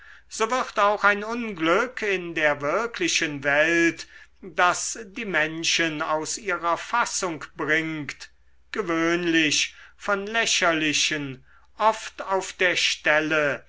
so wird auch ein unglück in der wirklichen welt das die menschen aus ihrer fassung bringt gewöhnlich von lächerlichen oft auf der stelle